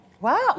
Wow